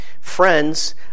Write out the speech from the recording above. friends